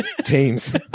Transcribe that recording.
teams